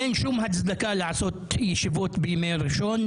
אין שום הצדקה לעשות ישיבות בימי ראשון,